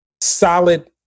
solid